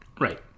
Right